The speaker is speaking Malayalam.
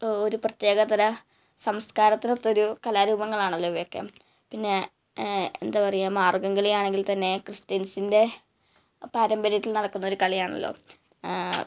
ഒര് പ്രത്യേകതര സംസ്കാരത്തിനൊത്തൊരു കലാരൂപങ്ങളാണല്ലോ ഇവയൊക്കെ പിന്നേ എന്താ പറയുക മാർഗം കളിയാണെങ്കിൽ ക്രിസ്ത്യന്സ്സിന്റെ പാരമ്പര്യത്തില് നടക്കുന്നൊരു കളിയാണല്ലോ